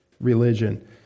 religion